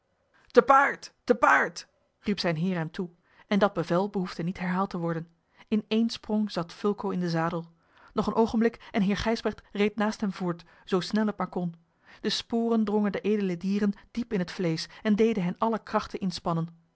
te paard te paard riep zijn heer hem toe en dat bevel behoefde niet herhaald te worden in één sprong zat fulco in den zadel nog een oogenblik en heer gijsbrecht reed naast hem voort zoo snel het maar kon de sporen drongen den edelen dieren diep in het vleesch en deden hen alle krachten inspannen